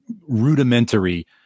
rudimentary